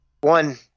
One